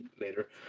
later